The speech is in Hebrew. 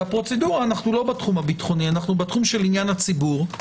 והפרוצדורה אנו לא בתחום הביטחוני אלא אנו בתחום של עניין הציבור.